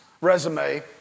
resume